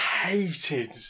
hated